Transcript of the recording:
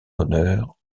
honneur